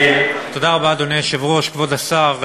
תודה רבה, כבוד השר,